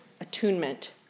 attunement